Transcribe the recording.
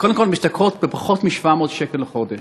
קודם כול, הן משתכרות פחות מ-700 שקל לחודש.